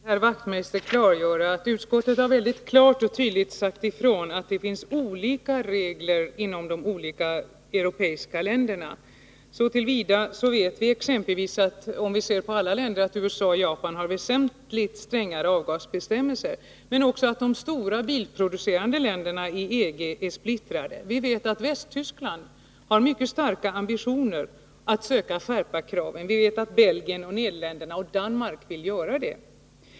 Herr talman! Låt mig för Knut Wachtmeister klargöra att utskottet har väldigt klart och tydligt sagt ifrån att det finns olika regler i olika länder. Vi vet exempelvis att USA och Japan har väsentligt strängare avgasbestämmelser än Sverige, men också de stora bilproducerande länderna i EG är splittrade. Västtyskland har mycket starka ambitioner att söka skärpa kraven, och även Belgien, Nederländerna och Danmark vill göra det.